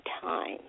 time